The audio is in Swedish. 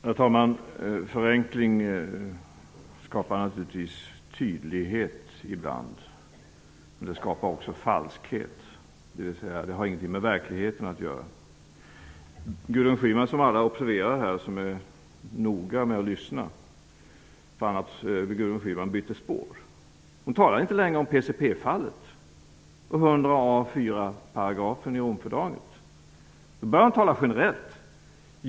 Herr talman! Förenkling skapar naturligtvis tydlighet ibland, men det skapar också falskhet, dvs. har ingenting med verkligheten att göra. Som alla som är noga med att lyssna observerar byter Gudrun Schyman spår. Hon talar inte längre om PCP-fallet och 104 a § i Romfördraget, utan hon börjar tala generellt.